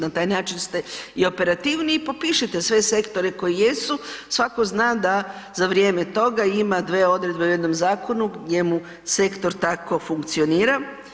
Na taj način ste i operativniji i popišite sve sektore koji jesu, svatko zna da za vrijeme ima dvije odredbe u jednom zakonu gdje mu sektor tako funkcionira.